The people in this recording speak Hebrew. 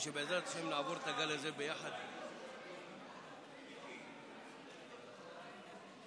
48 קולות נגד, 19 קולות בעד.